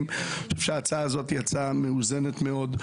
ואמרתי שההצעה הזאת היא הצעה מאוזנת מאוד,